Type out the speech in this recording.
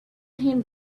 him